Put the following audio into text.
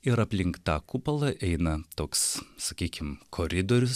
ir aplink tą kupolą eina toks sakykim koridorius